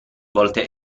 volte